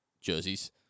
jerseys